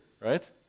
right